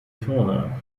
turner